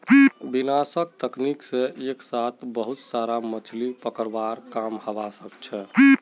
विनाशक तकनीक से एक साथ बहुत सारा मछलि पकड़वार काम हवा सके छे